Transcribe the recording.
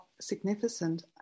significant